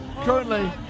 Currently